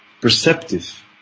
perceptive